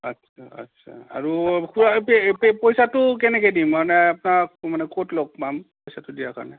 আচ্ছা আচ্ছা আৰু খুড়া পইচাটো কেনেকৈ দিম মানে আপোনাক মানে ক'ত লগ পাম পইচাটো দিয়াৰ কাৰণে